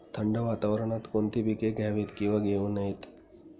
थंड वातावरणात कोणती पिके घ्यावीत? किंवा घेऊ नयेत?